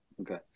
okay